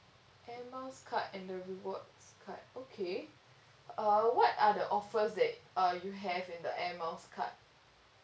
air miles card and the rewards card okay uh what are the offers that uh you have in the air miles card